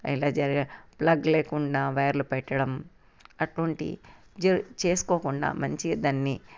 ఇలా జరిగి ప్లగ్ లేకుండా వైర్లు పెట్టడం అటువంటివి చేసుకోకుండా మంచిగా దాన్ని